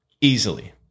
easily